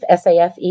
SAFE